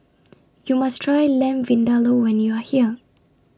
YOU must Try Lamb Vindaloo when YOU Are here